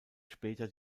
später